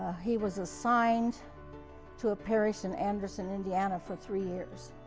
he was assigned to a parish in anderson, indiana for three years.